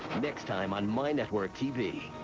next time on mynetworktv.